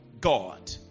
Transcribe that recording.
God